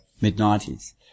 mid-90s